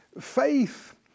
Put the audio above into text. faith